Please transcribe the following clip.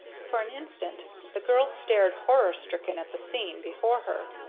for an instant the girl stared horror-stricken at the scene before her.